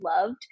loved